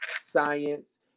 science